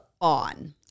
On